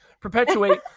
Perpetuate